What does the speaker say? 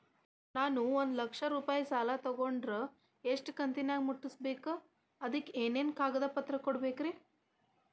ನಾನು ಒಂದು ಲಕ್ಷ ರೂಪಾಯಿ ಸಾಲಾ ತೊಗಂಡರ ಎಷ್ಟ ಕಂತಿನ್ಯಾಗ ಮುಟ್ಟಸ್ಬೇಕ್, ಅದಕ್ ಏನೇನ್ ಕಾಗದ ಪತ್ರ ಕೊಡಬೇಕ್ರಿ?